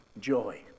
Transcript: joy